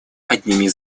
одними